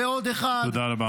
ועוד אחד -- תודה רבה.